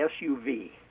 SUV